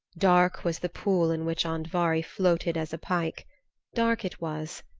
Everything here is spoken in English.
dark was the pool in which andvari floated as a pike dark it was,